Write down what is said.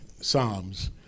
Psalms